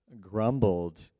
grumbled